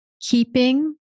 keeping